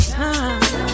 time